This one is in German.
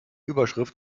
überschrift